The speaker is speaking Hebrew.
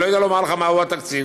אני לא יודע לומר לך מהו התקציב.